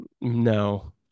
no